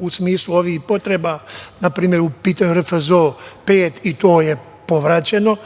u smislu ovih potreba, npr. u pitanju je RFZO – pet, i to je povraćeno